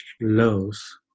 lows